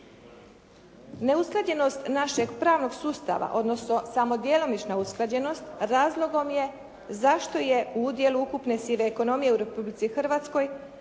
Neusklađenost našeg pravnog sustava, odnosno samo djelomična usklađenost razlogom je zašto je udjel ukupne sive ekonomije u Republici Hrvatskoj